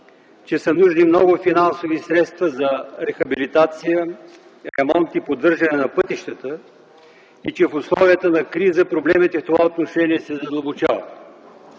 че са нужни много финансови средства за рехабилитация, ремонт и поддържане на пътищата и че в условията на кризата проблемите в това отношение се задълбочават.